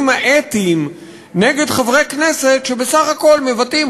האתיים נגד חברי כנסת שבסך הכול מבטאים,